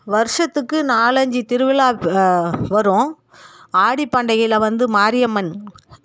வருஷத்துக்கு நாலஞ்சி திருவிழா வ வரும் ஆடி பண்டிகையில் வந்து மாரியம்மனுக்கு